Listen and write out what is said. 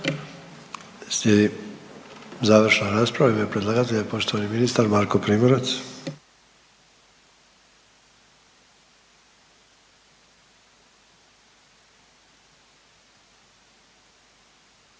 Slijedi završna rasprava u ime predlagatelja, poštovani ministar Marko Primorac.